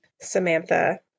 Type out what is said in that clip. samantha